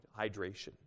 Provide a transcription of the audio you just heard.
hydration